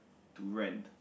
to rent